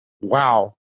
Wow